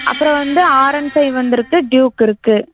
அப்புறம் வந்து ஆர்என் ஃபை வந்துருக்கு டியூக் இருக்குது